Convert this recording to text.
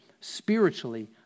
spiritually